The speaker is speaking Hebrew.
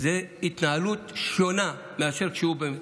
זו התנהלות שונה מאשר כשהם במסגרת.